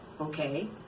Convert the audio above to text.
Okay